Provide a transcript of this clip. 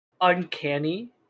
uncanny